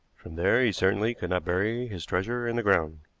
from there he certainly could not bury his treasure in the ground.